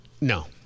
No